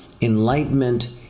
Enlightenment